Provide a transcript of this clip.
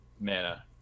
mana